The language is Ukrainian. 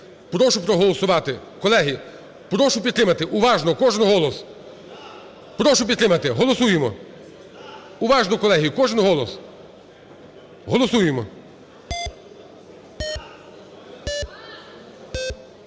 Прошу проголосувати. Колеги, прошу підтримати. Уважно! Кожен голос. Прошу підтримати. Голосуємо. Уважно, колеги, кожен голос, голосуємо.